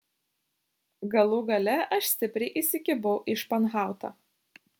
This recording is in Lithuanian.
galų gale aš stipriai įsikibau į španhautą